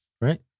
Right